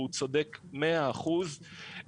והוא צודק מאה אחוז,